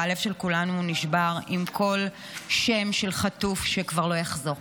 הלב של כולנו נשבר עם כל שם של חטוף שכבר לא יחזור.